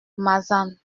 mazan